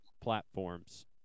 platforms